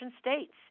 states